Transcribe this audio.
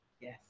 Yes